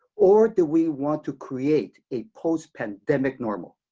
or do we want to create a post pandemic normal?